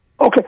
Okay